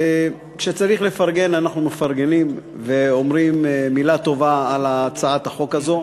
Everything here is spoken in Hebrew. כשצריך לפרגן אנחנו מפרגנים ואומרים מילה טובה על הצעת החוק הזו.